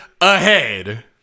ahead